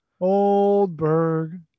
Oldberg